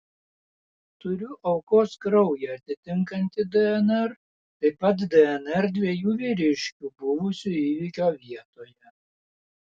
turiu aukos kraują atitinkantį dnr taip pat dnr dviejų vyriškių buvusių įvykio vietoje